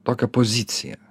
tokią poziciją